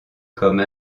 comme